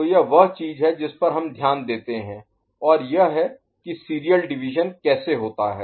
तो यह वह चीज है जिस पर हम ध्यान देते हैं और यह है कि सीरियल डिवीज़न कैसे होता है